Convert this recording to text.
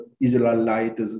Israelites